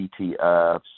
ETFs